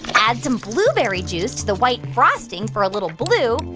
add some blueberry juice to the white frosting for a little blue.